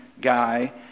guy